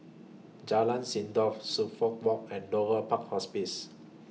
Jalan Sindor Suffolk Walk and Dover Park Hospice